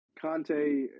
Conte